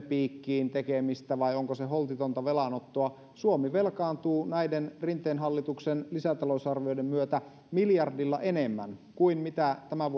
piikkiin tekemistä vai onko se holtitonta velanottoa suomi velkaantuu näiden rinteen hallituksen lisätalousarvioiden myötä miljardilla enemmän kuin mitä tämän